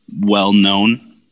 well-known